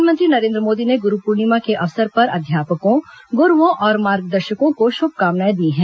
प्रधानमंत्री नरेन्द्र मोदी ने गुरू पूर्णिमा के अवसर पर अध्यापकों गुरूओं और मार्गदर्शकों को शुभकामनाएं दी हैं